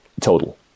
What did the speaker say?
total